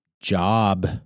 job